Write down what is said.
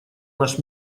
наш